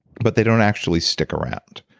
but they don't actually stick around.